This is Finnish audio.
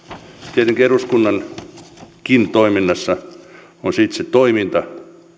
tietenkin eduskunnankin toiminnassa on se itse toiminta